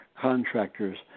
contractors